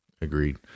agreed